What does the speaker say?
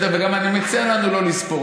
וגם אני מציע לנו לא לספור,